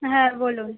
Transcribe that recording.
হ্যাঁ বলুন